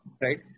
Right